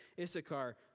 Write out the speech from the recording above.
Issachar